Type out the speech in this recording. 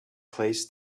plays